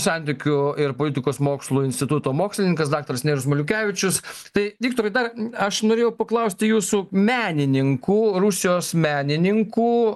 santykių ir politikos mokslų instituto mokslininkas daktaras nerijus maliukevičius tai viktorai dar aš norėjau paklausti jūsų menininkų rusijos menininkų